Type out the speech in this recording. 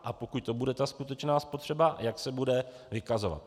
A pokud to bude skutečná spotřeba, jak se bude vykazovat?